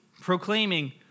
proclaiming